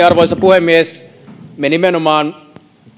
arvoisa puhemies me nimenomaan